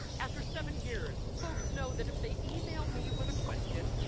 after seven years, folks know that if they email me with a question,